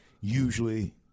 usually